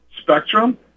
spectrum